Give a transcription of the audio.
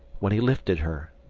when he lifted her,